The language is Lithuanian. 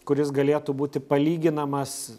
kuris galėtų būti palyginamas